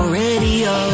radio